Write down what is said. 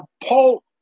Paul